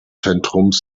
zentrums